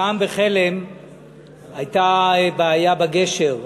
פעם בחלם הייתה בעיה בגשר.